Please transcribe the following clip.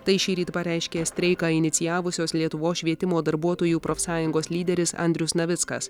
tai šįryt pareiškė streiką inicijavusios lietuvos švietimo darbuotojų profsąjungos lyderis andrius navickas